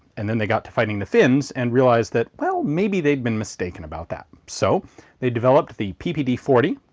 and when they got to fight in the finns and realized that, well, maybe they'd been mistaken about that. so they developed the ppd forty,